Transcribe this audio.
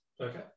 Okay